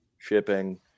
shipping